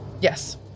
Yes